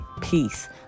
peace